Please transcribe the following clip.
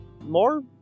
more